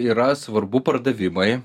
yra svarbu pardavimai